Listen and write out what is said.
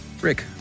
Rick